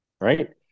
Right